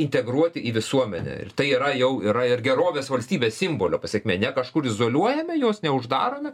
integruoti į visuomenę ir tai yra jau yra ir gerovės valstybės simbolio pasekmė ne kažkur izoliuojame juos neuždarome